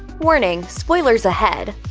warning spoilers ahead!